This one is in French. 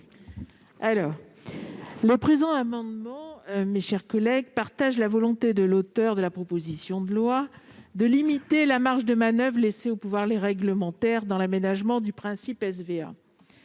sur l'amendement n° 1. Nous partageons la volonté de l'auteur de la proposition de loi de limiter la marge de manoeuvre laissée au pouvoir réglementaire dans l'aménagement du principe